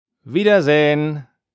Wiedersehen